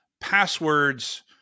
passwords